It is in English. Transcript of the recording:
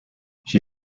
she